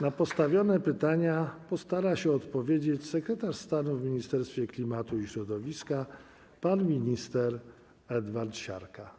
Na postawione pytania postara się odpowiedzieć sekretarz stanu w Ministerstwie Klimatu i Środowiska pan minister Edward Siarka.